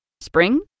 Spring